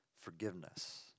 forgiveness